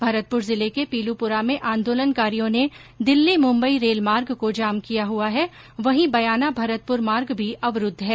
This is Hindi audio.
भरतपुर जिले के पीलूपुरा में आंदोलनकारियों ने दिल्ली मुम्बई रेल मार्ग को जाम किया हुआ है वहीं बयाना भरतपुर मार्ग भी अवरूद्व है